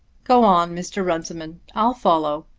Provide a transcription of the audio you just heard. go on, mr. runciman, i'll follow.